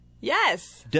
Yes